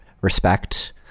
respect